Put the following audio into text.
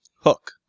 Hook